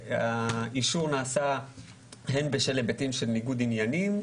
שהאישור נעשה הן בשל היבטים של ניגוד עניינים,